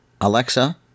Alexa